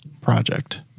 project